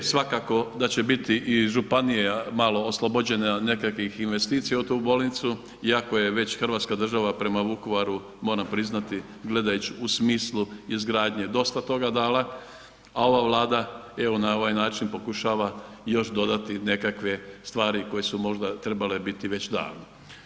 Svakako da će biti i županija malo oslobođena od nekakvih investicija u tu bolnicu, iako je već Hrvatska država prema Vukovaru moram priznati gledajuć u smislu izgradnje dosta toga dala, a ova Vlada evo na ovaj način pokušava još dodati nekakve stvari koje su možda trebale biti već davno.